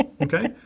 Okay